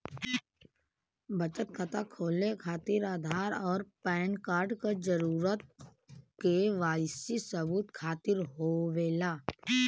बचत खाता खोले खातिर आधार और पैनकार्ड क जरूरत के वाइ सी सबूत खातिर होवेला